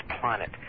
planet